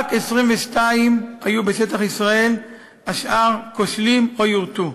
רק 22 היו בשטח ישראל, השאר כושלים או יורטו.